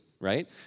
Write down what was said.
right